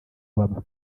baba